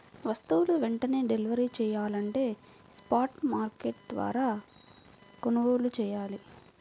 వస్తువులు వెంటనే డెలివరీ చెయ్యాలంటే స్పాట్ మార్కెట్ల ద్వారా కొనుగోలు చెయ్యాలి